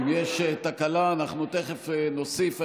אם יש תקלה אנחנו תכף נוסיף.